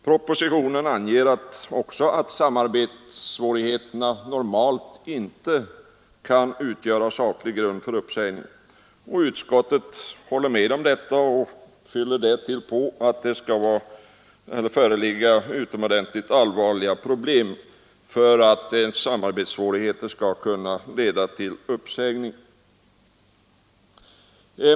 Propositionen anger också att samarbetssvårigheter normalt inte kan utgöra saklig grund för uppsägning. Utskottet håller med om detta och fyller därtill på att det skall föreligga utomordentligt allvarliga problem för att samarbetssvårigheter skall kunna leda till uppsägning.